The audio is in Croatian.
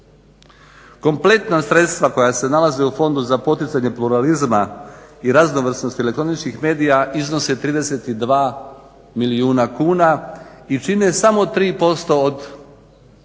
Kompletna sredstva koja se nalaze u fondu za poticanje pluralizma i raznovrsnost elektroničkih medija iznosi 32 milijuna kuna i čine samo 3% od